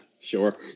Sure